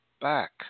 back